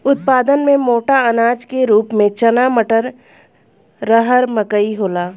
उत्पादन में मोटा अनाज के रूप में चना मटर, रहर मकई होला